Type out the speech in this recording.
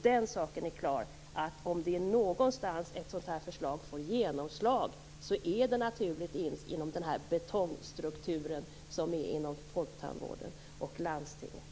Den saken är klar, att om det är någonstans ett sådant här förslag får genomslag så är det naturligtvis inom folktandvårdens och landstingets betongstruktur.